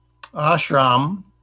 ashram